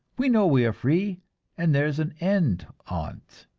we know we are free and there's an end on't.